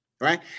Right